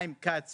חיים כץ